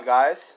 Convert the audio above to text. Guys